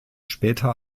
später